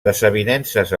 desavinences